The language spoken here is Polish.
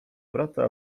brata